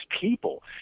people